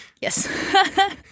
Yes